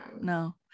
no